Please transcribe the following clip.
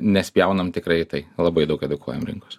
nespjaunam tikrai į tai labai daug edukuojam rinkos